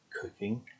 cooking